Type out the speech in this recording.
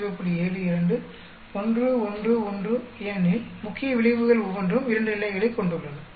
72 1 1 1 ஏனெனில் முக்கிய விளைவுகள் ஒவ்வொன்றும் 2 நிலைகளைக் கொண்டுள்ளன